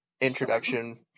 introduction